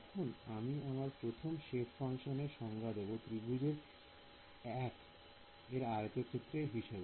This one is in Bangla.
এখন আমি আমার প্রথম সেপ ফাংশন এর সংজ্ঞা দেব ত্রিভুজের 1 আয়তক্ষেত্রের হিসেবে